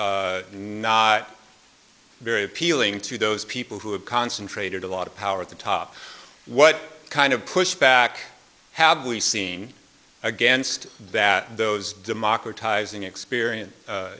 it's not very appealing to those people who have concentrated a lot of power at the top what kind of pushback have we seen against that those democratizing experience